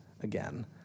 again